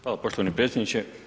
Hvala poštovani predsjedniče.